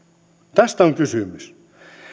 tästä on kysymys